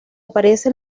aparece